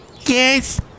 Yes